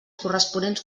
corresponents